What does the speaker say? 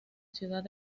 ciudad